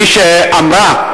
שמי שאמרה,